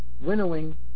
winnowing